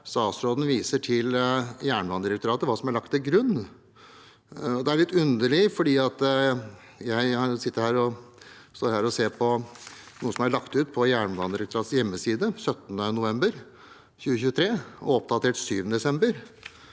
statsråden viser til Jernbanedirektoratet og hva som er lagt til grunn. Det er litt underlig, for jeg står her og ser på noe som er lagt ut på Jernbanedirektoratets hjemmeside 17. november 2023 og oppdatert 7. desember.